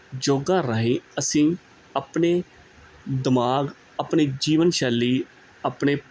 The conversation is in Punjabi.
ਯੋਗਾ ਰਾਹੀਂ ਅਸੀਂ ਆਪਣੇ ਦਿਮਾਗ ਆਪਣੇ ਜੀਵਨ ਸ਼ੈਲੀ ਆਪਣੇ